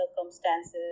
circumstances